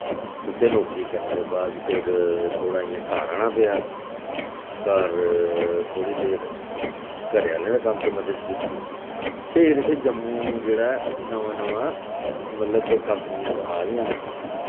उत्थै नौकरी करने दे बाद फिर थोह्ड़ा इ'यां घर आने पेआ घर थोह्ड़ी देर घरै आह्लें दे कम्म च मदद कीती फिर इत्थै जम्मू जेह्ड़ा ऐ नमां नमां मतलब कम्पनीज आ दियां हियां